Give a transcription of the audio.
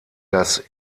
das